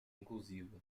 inclusiva